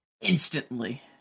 Instantly